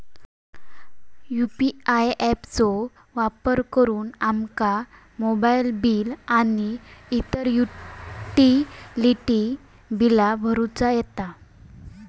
UPI app चो वापर करुन आमका मोबाईल बिल आणि इतर युटिलिटी बिला भरुचा येता